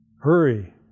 Hurry